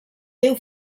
teu